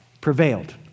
prevailed